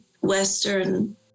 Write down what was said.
Western